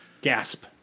Gasp